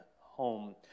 home